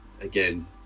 again